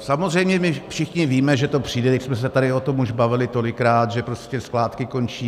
Samozřejmě, my všichni víme, že to přijde, vždyť jsme se tady o tom už bavili tolikrát, že prostě skládky končí.